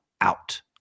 out